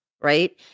right